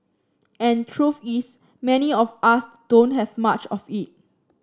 and truth is many of us don't have much of it